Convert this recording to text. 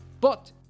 But